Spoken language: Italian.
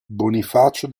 bonifacio